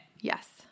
Yes